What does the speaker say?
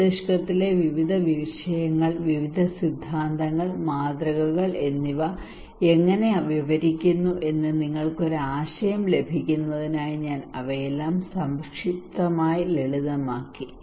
മസ്തിഷ്കത്തിലെ വിവിധ വിഷയങ്ങൾ വിവിധ സിദ്ധാന്തങ്ങൾ മാതൃകകൾ എന്നിവ എങ്ങനെ വിവരിക്കുന്നു എന്ന് നിങ്ങൾക്ക് ഒരു ആശയം ലഭിക്കുന്നതിനായി ഞാൻ അവയെല്ലാം സംക്ഷിപ്തമായി ലളിതമാക്കി